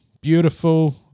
Beautiful